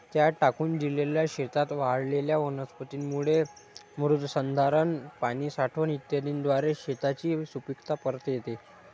त्या टाकून दिलेल्या शेतात वाढलेल्या वनस्पतींमुळे मृदसंधारण, पाणी साठवण इत्यादीद्वारे शेताची सुपीकता परत येते